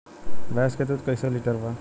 भैंस के दूध कईसे लीटर बा?